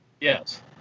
Yes